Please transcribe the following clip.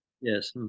Yes